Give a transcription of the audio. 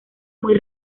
muy